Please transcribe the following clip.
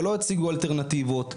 שלא הציגו אלטרנטיבות.